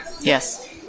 Yes